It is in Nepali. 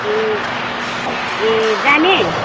ए ए जाने